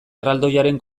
erraldoiaren